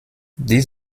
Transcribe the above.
dix